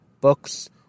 books